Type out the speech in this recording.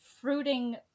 fruiting